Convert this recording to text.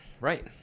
Right